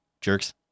jerks